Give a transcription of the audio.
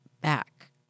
back